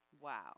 Wow